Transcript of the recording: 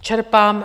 Čerpám